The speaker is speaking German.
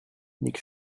nick